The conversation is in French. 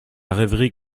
rêverie